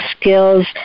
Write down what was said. skills